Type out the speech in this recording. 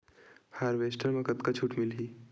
Harvester म कतका छूट मिलही?